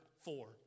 four